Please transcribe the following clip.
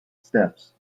steps